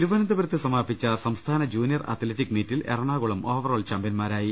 തിരുവനന്തപുരത്ത് സമാപിച്ച സംസ്ഥാന ജൂനിയർ അത്ലറ്റിക് മീറ്റിൽ എറണാകുളം ഓവറോൾ ചാമ്പ്യന്മാരായി